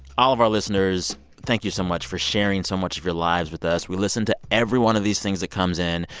all of our listeners, thank you so much for sharing so much of your lives with us. we listen to every one of these things that comes in.